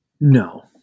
No